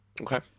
Okay